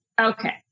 Okay